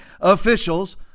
officials